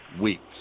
weeks